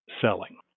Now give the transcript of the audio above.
selling